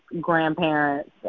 grandparents